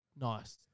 nice